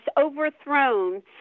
overthrown